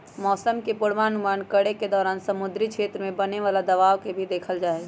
मौसम के पूर्वानुमान करे के दौरान समुद्री क्षेत्र में बने वाला दबाव के भी देखल जाहई